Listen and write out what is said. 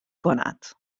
کند